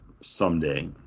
someday